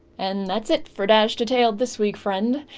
and that's it for dash detail this week friend.